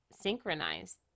synchronized